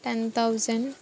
ten thousand